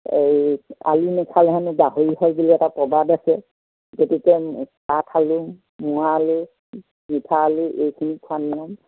এই আলু নেখালে হেনো গাহৰি হয় বুলি এটা প্ৰবাদ আছে গতিকে কাঠ আলু মোৱা আলু মিঠা আলু এইখিনি খোৱা নিয়ম